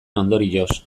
ondorioz